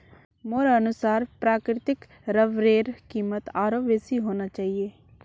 मोर अनुसार प्राकृतिक रबरेर कीमत आरोह बेसी होना चाहिए